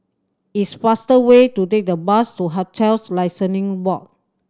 it's faster way to take the bus to Hotels Licensing Board